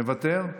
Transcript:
מוותר.